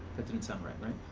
that didn't sound right, right?